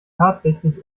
tatsächlich